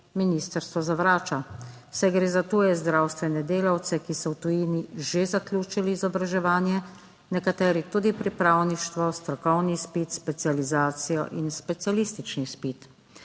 ministrstvo zavrača, saj gre za tuje zdravstvene delavce, ki so v tujini že zaključili izobraževanje. Nekateri tudi pripravništvo, strokovni izpit, specializacijo in specialistični izpit.